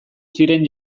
ziren